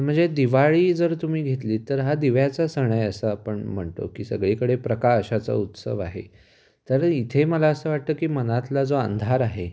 म्हणजे दिवाळी जर तुम्ही घेतलीत तर हा दिव्याचा सण असा आपण म्हणतो की सगळीकडे प्रकाशाचा उत्सव आहे तर इथे मला असं वाटतं की मनातला जो अंधार आहे